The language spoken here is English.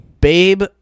Babe